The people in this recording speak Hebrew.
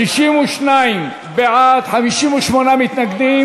62 בעד, 58 מתנגדים.